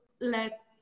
let